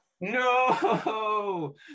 No